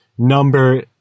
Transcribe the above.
Number